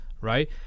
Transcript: right